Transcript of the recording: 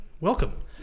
welcome